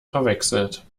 verwechselt